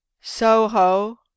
Soho